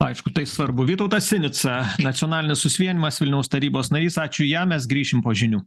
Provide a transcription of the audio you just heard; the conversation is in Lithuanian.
aišku tai svarbu vytautas sinica nacionalinis susivienijimas vilniaus tarybos narys ačiū jam mes grįšim po žinių